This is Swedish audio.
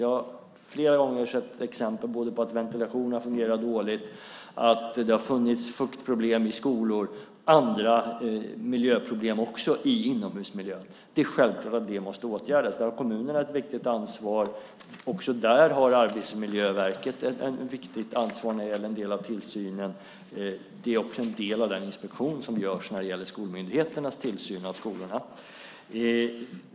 Jag har sett flera exempel på att ventilationen fungerat dåligt, att det funnits fuktproblem och andra miljöproblem i inomhusmiljön i skolorna. De ska självfallet åtgärdas. Kommunerna har ett viktigt ansvar i detta. Likaså har Arbetsmiljöverket ett stort ansvar för en del av tillsynen. Det är också en del av den inspektion som görs när det gäller skolmyndigheternas tillsyn av skolorna.